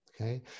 okay